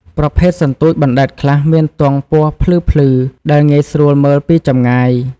ប្រភេទសន្ទូចបណ្ដែតខ្លះមានទង់ពណ៌ភ្លឺៗ ដែលងាយស្រួលមើលពីចម្ងាយ។